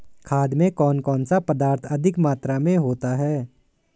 खाद में कौन सा पदार्थ अधिक मात्रा में होता है?